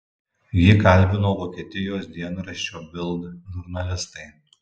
jį kalbino vokietijos dienraščio bild žurnalistai